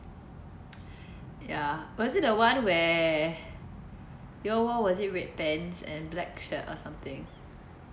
ya was it the one where you all wore was it red pants and black shirt or something